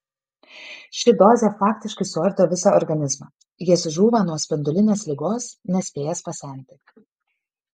ši dozė faktiškai suardo visą organizmą jis žūva nuo spindulinės ligos nespėjęs pasenti